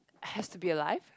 has to be alive